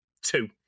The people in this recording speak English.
Two